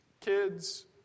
kids